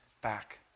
back